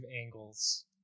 Angles